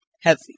heavy